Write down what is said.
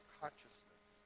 consciousness